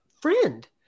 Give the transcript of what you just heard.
friend